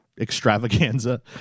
extravaganza